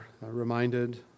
reminded